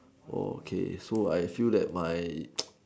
okay so I feel that my